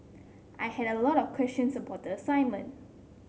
I had a lot of questions about the assignment